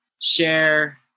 share